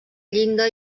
llinda